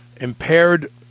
impaired